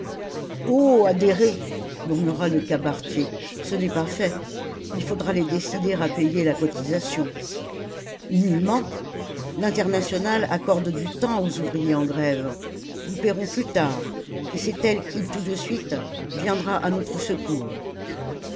oh adhérer murmura le cabaretier ce n'est pas fait il faudra les décider à payer la cotisation nullement l'internationale accorde du temps aux ouvriers en grève nous paierons plus tard et c'est elle qui tout de suite viendra à notre secours